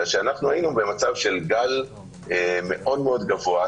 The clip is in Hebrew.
אלא שהיינו במצב של גל מאוד מאוד גבוה,